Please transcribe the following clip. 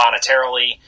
monetarily